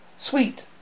Sweet